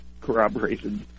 corroborated